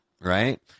right